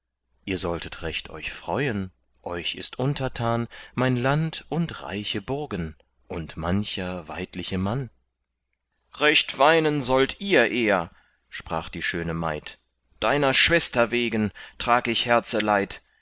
ihr solltet recht euch freuen euch ist untertan mein land und reiche burgen und mancher weidliche mann recht weinen sollt ihr eher sprach die schöne maid deiner schwester wegen trag ich